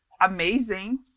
amazing